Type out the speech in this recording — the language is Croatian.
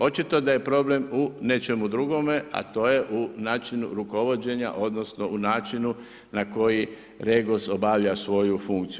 Očito da je problem u nečemu drugome a to je u načinu rukovođenja odnosno u načinu na koji REGOS obavlja svoju funkciju.